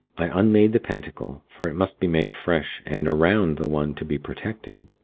i unmade the pentacle, for it must be made afresh and around the one to be protected.